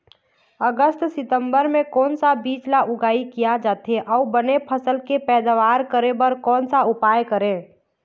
अगस्त सितंबर म कोन सा बीज ला उगाई किया जाथे, अऊ बने फसल के पैदावर करें बर कोन सा उपाय करें?